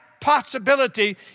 possibility